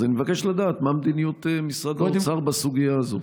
אז אני מבקש לדעת מה מדיניות משרד האוצר בסוגיה הזאת.